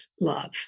love